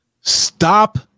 Stop